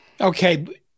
Okay